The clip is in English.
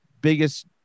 biggest